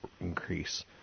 increase